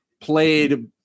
played